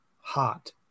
hot